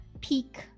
peak